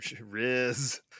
riz